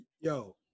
Yo